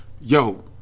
Yo